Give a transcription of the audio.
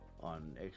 on